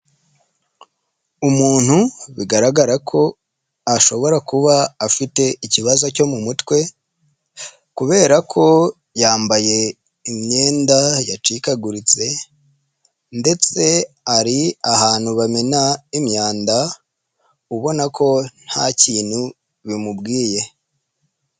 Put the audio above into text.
Umuntu bigaragara ko ashobora kuba afite ikibazo cyo mu mutwe kubera ko yambaye imyenda yacikaguritse ndetse ari ahantu bamena imyanda ubona ko nta kintu bimubwiye.